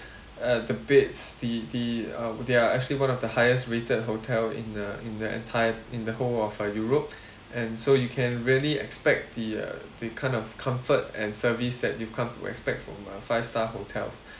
uh the beds the the uh they are actually one of the highest rated hotel in a in the entire in the whole of uh europe and so you can really expect the uh the kind of comfort and service that you've come to expect from a five star hotels